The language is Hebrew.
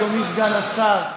אדוני סגן השר,